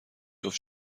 جفت